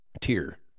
tier